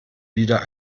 wieder